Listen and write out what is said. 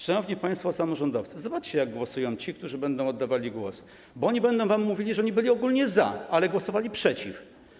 Szanowni państwo samorządowcy, zobaczcie, jak głosują ci, którzy będą oddawali głos, bo oni będą wam mówili, że oni ogólnie byli za, ale głosowali przeciw.